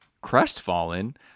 crestfallen